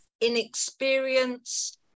Inexperience